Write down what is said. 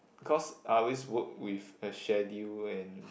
cause I always work with a schedule and